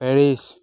Paris